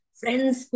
friends